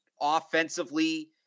offensively